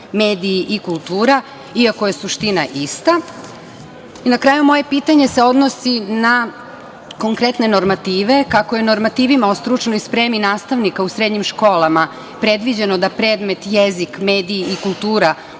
i kultura, iako je suština ista. Na kraju, moje pitanje se odnosi na konkretne normative. Kako je normativima o stručnoj spremi nastavnika u srednjim školama predviđeno da predmet – jezik, mediji i kultura